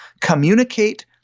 communicate